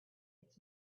its